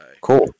Cool